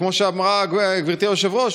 כמו שאמרה גברתי היושבת-ראש,